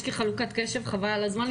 יש לי חלוקת קשב חבל על הזמן.